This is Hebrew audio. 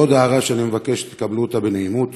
ועוד הערה שאני מבקש שתקבלו אותה בנעימות,